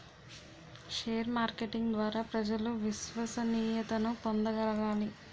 share marketing ద్వారా ప్రజలు విశ్వసనీయతను పొందగలగాలి